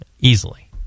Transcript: easily